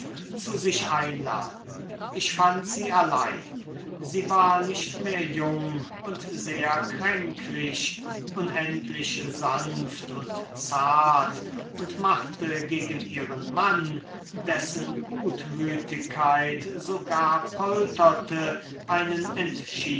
zu sich einladen ich fand sie allein sie war nicht mehr jung und sehr kränklich unendlich sanft und zart und machte gegen ihren mann dessen gutmütigkeit sogar polterte einen